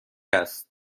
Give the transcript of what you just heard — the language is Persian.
است